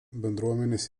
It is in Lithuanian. bendruomenės